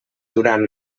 durant